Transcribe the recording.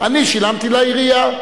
אני שילמתי לעירייה.